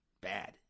bad